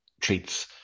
treats